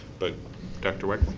but dr. wagner?